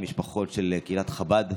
משפחות של קהילת חב"ד.